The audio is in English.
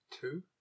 Two